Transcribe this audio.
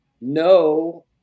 no